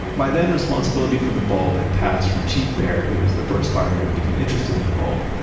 by then, responsibility for the bulb had passed from chief baird, he was the first fireman to become interested in the bulb,